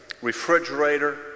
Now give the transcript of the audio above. refrigerator